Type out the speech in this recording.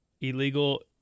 Illegal